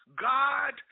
God